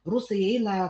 rusai eina